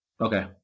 Okay